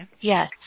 Yes